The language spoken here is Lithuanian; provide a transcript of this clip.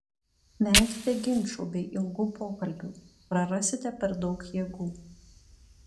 venkite ginčų bei ilgų pokalbių prarasite per daug jėgų